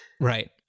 right